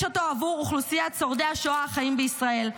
אותו עבור אוכלוסיית שורדי השואה החיים בישראל.